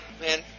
man